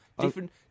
different